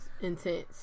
intense